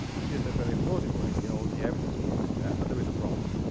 which is a very plausible idea all the evidence points to that but there is a problem.